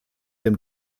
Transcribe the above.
dem